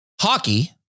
hockey